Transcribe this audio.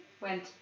went